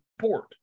support